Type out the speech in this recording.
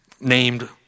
named